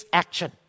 action